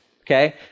Okay